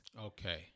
Okay